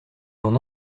l’on